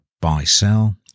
buy-sell